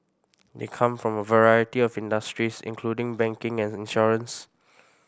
they come from a variety of industries including banking and insurance